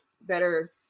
better